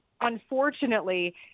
unfortunately